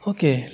Okay